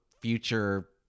future